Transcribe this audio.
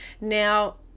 now